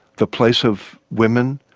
the place of women,